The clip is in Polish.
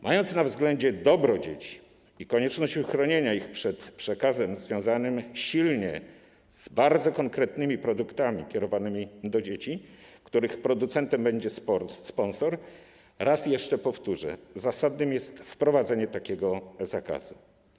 Mając na względzie dobro dzieci i konieczność uchronienia ich przed przekazem związanym silnie z bardzo konkretnymi produktami kierowanymi do dzieci, których producentem będzie sponsor, raz jeszcze powtórzę: zasadne jest wprowadzenie takiego zakazu.